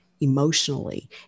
emotionally